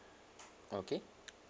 okay